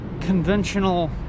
...conventional